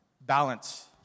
balance